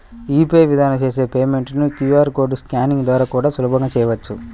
UPI విధానం చేసే payment ని క్యూ.ఆర్ కోడ్ స్కానింగ్ ద్వారా కూడా సులభంగా చెయ్యొచ్చు